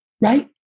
right